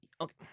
okay